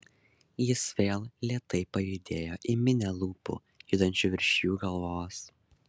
jis vėl lėtai pajudėjo į minią lūpų judančių virš jo galvos